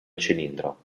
cilindro